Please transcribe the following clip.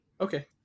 Okay